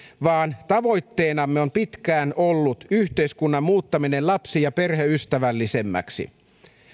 vaan tavoitteenamme on pitkään ollut yhteiskunnan muuttaminen lapsi ja perheystävällisemmäksi